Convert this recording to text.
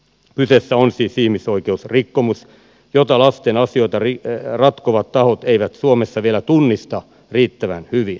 kyseessä on siis ihmisoikeusrikkomus jota lasten asioita ratkovat tahot eivät suomessa vielä tunnista riittävän hyvin